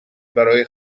برای